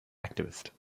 activist